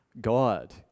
God